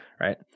Right